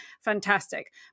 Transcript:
fantastic